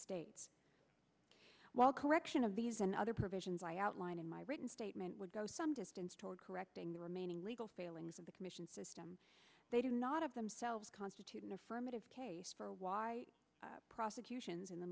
states while correction of these and other provisions i outline in my written statement would go some distance toward correcting the remaining legal failings of the commission system they did not of themselves constitute an affirmative case for why prosecutions in the